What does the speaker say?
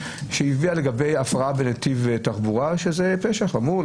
לגבי הפרעה בנתיב תחבורה שזה פשע חמור,